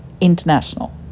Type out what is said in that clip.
international